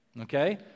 Okay